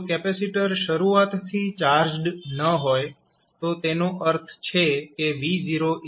જો કેપેસિટર શરૂઆતથી ચાર્જડ ન હોય તો તેનો અર્થ છે કે V0 0 છે